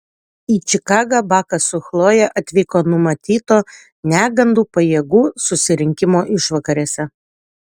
į čikagą bakas su chloje atvyko numatyto negandų pajėgų susirinkimo išvakarėse